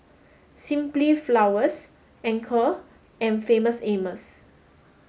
simply Flowers Anchor and Famous Amos